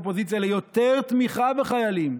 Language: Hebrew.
את הצעת האופוזיציה ליותר תמיכה בחיילים,